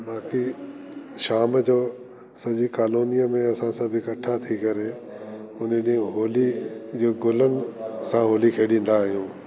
बाक़ी शाम जो सॼी कालोनीअ में असां सभु इकठा थी करे उन ॾींहु होली जो गुलनि सां होली खेॾींदा आहियूं